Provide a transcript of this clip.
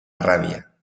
rabia